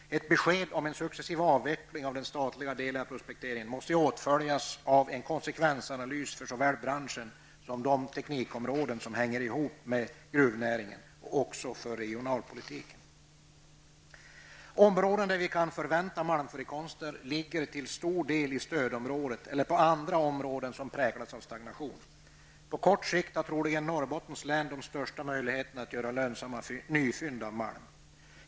Ett besked om en successiv avveckling av den statliga delen av prospekteringen måste åtföljas av en konsekvensanalys för såväl branschen som de teknikområden som hänger ihop med gruvnäringen och för regionalpolitiken. Områden där vi kan förvänta malmförekomster ligger till stor del i stödområdet eller i andra områden som präglas av stagnation. På kort sikt har troligen Norrbottens län de största möjligheterna till lönsamma nyfynd av malm.